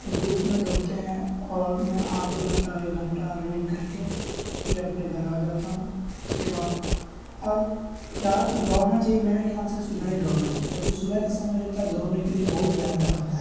group میں دوڑتے ہیں اور میں آدھے گھنٹہ ایک گھنٹہ رننگ کر کے پھر اپنے گھر آ جاتا ہوں اس کے بعد اور زیادہ تر دوڑنا چاہیے میرے خیال سے صبح ہی دورنا چاہیے کاہے کہ صبح کا سمے جو ہوتا ہے دورنے کے لیے بہت بہتر ہوتا ہے